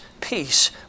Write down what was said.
peace